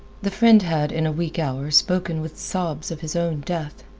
the friend had, in a weak hour, spoken with sobs of his own death.